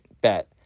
bet